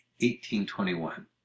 1821